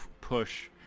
push